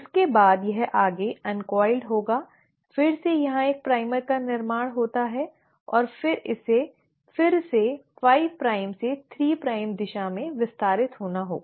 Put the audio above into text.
इसके बाद यह आगे अन्कॉइल्ड होगा फिर से यहाँ एक प्राइमर का निर्माण होता है और फिर इसे फिर से 5 प्राइम से 3 प्राइम दिशा में विस्तारित होना होगा